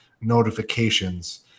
notifications